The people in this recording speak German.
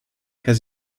herr